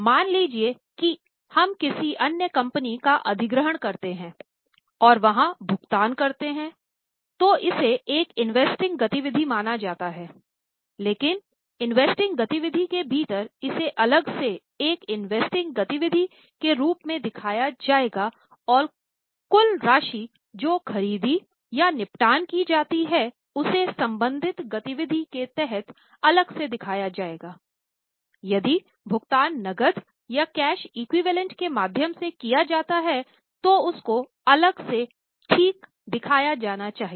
मान लीजिए कि हम किसी अन्य कंपनी का अधिग्रहण करते हैं और वहां भुगतान करते हैं तो इसे एक इन्वेस्टिंग के माध्यम से किया जाता हैतो उसको अलग से ठीक दिखाया जाना चाहिए